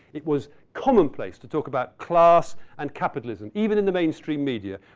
it was commonplace to talk about class and capitalism, even in the mainstream media.